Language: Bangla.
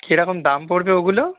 কেরকম দাম পড়বে ওগুলো